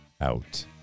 out